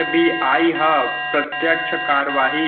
RBI ह प्रत्यक्छ कारवाही,